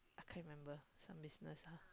I can't remember some business ah